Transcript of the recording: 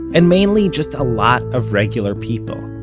and mainly, just a lot of regular people.